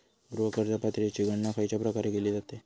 गृह कर्ज पात्रतेची गणना खयच्या प्रकारे केली जाते?